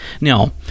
Now